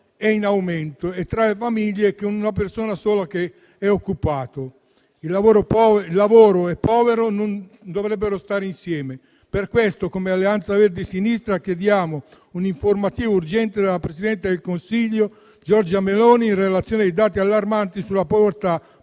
è in aumento tra le famiglie con una solo persona occupata. Le parole lavoro e povero non dovrebbero stare insieme. Per questo come Alleanza Verdi e Sinistra chiediamo un'informativa urgente della presidente del Consiglio, Giorgia Meloni, in relazione ai dati allarmanti sulla povertà